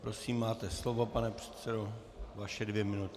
Prosím, máte slovo, pane předsedo, vaše dvě minuty.